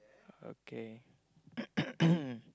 okay